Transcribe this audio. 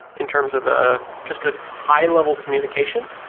in terms of ah just a high level communication.